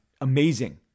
amazing